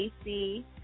AC